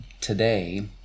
today